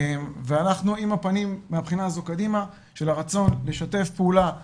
ואנחנו מהבחינה הזאת עם הפנים קדימה של הרצון לשתף פעולה בהמשך,